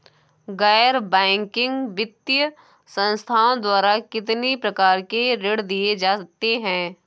गैर बैंकिंग वित्तीय संस्थाओं द्वारा कितनी प्रकार के ऋण दिए जाते हैं?